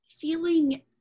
feeling